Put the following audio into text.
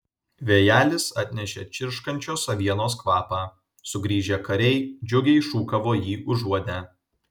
vėjelis atnešė čirškančios avienos kvapą sugrįžę kariai džiugiai šūkavo jį užuodę